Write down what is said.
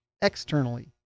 externally